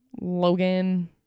Logan